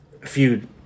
feud